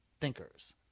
thinkers